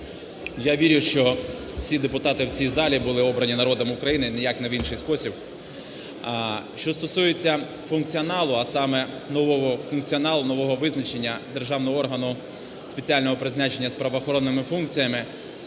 Я вірю, що всі депутати в цій залі були обрані народом України, ніяк не в інший спосіб. Що стосується функціоналу, а саме нового фунціоналу, нового визначення Державного органу спеціального призначення з правоохоронними функціями,